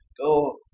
go